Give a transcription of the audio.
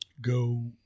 go